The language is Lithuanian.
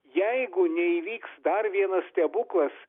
jeigu neįvyks dar vienas stebuklas